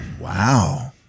Wow